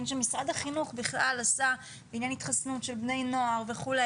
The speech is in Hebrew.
שמשרד החינוך בכלל עשה בעניין התחסנות של בני נוער וכו'.